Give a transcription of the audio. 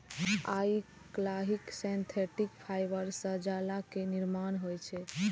आइकाल्हि synthetic fibre सं जालक निर्माण होइ छै